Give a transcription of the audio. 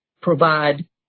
provide